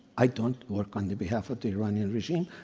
i don't work on the behalf of the iranian regime.